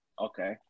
okay